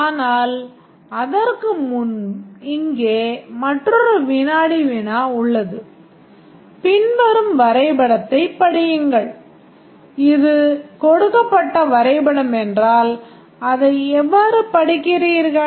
ஆனால் அதற்கு முன் இங்கே மற்றொரு வினாடி வினா உள்ளது பின்வரும் வரைபடத்தைப் படியுங்கள் இது கொடுக்கப்பட்ட வரைபடம் என்றால் அதை எவ்வாறு படிக்கிறீர்கள்